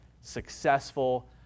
successful